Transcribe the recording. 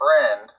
friend